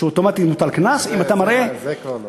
אוטומטית מוטל קנס אם אתה מראה, זה כבר לא.